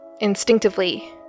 instinctively